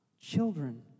children